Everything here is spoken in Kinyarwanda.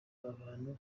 abantu